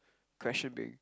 question being